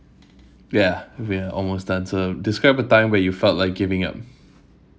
ya we are almost done so describe a time when you felt like giving up